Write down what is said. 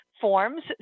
forms